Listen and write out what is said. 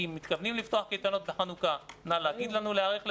אם מתכוונים לפתוח קייטנות בחנוכה נא להגיד לנו להיערך לזה,